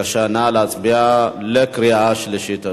בבקשה, נא להצביע בקריאה שלישית.